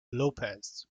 lopez